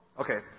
Okay